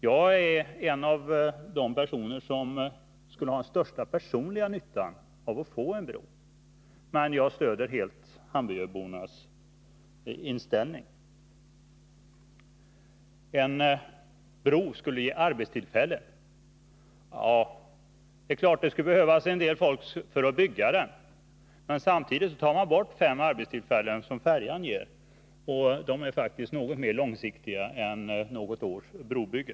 Jag är en av dem som skulle ha den största personliga nyttan av att få en bro, men jag stöder helt Hamburgöbornas inställning. En bro skulle ge arbetstillfällen, sägs det. Ja, det är klart att det skulle behövas en del folk för att bygga den. Men samtidigt skulle man ta bort de fem arbetstillfällen som färjan ger, och de är faktiskt något mer långsiktiga än något års brobygge.